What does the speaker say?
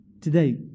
today